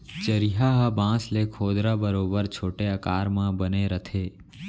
चरिहा ह बांस ले खोदरा बरोबर छोटे आकार म बने रथे